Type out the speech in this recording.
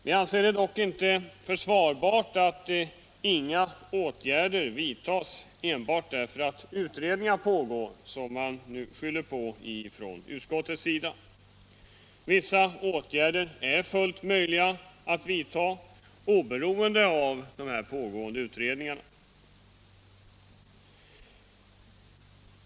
Vi anser det inte försvarbart att inga åtgärder vidtas enbart därför att utredningar pågår, vilket man nu skyller på från utskottets sida. Vissa åtgärder är fullt möjliga att vidta oberoende av pågående utredningar.